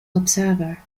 observer